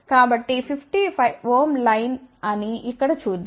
కాబట్టి ఇది 50Ω లైన్ అని ఇక్కడ చూద్దాం